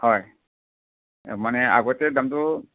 হয় মানে আগতে দামটো